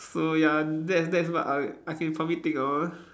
so ya that's that's what I I can probably think of